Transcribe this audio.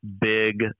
big